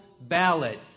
ballot